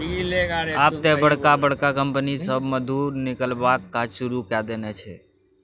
आब तए बड़का बड़का कंपनी सभ मधु निकलबाक काज शुरू कए देने छै